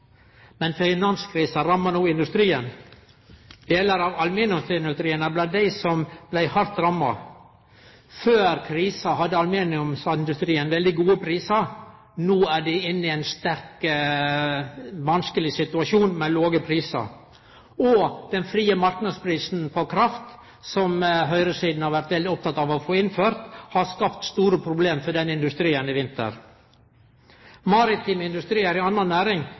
Men finanskrisa rammar no industrien. Delar av aluminiumsindustrien er blant dei som blei hardt ramma. Før krisa hadde aluminiumsindustrien veldig gode prisar, no er dei inne i ein svært vanskeleg situasjon med låge prisar. Den frie marknadsprisen på kraft, som høgresida har vore veldig oppteken av å få innført, har skapt store problem for den industrien i vinter. Maritim industri er ei anna næring